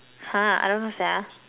!huh! I don't know sia